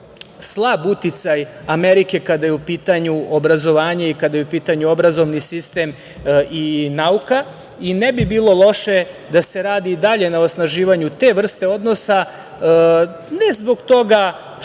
slab uticaj Amerike kada je u pitanju obrazovanje i kada je u pitanju obrazovni sistem i nauka. Ne bi bilo loše da se radi i dalje na osnaživanju te vrste odnosa, ne zbog toga što